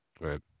right